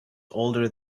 older